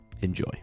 enjoy